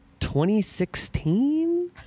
2016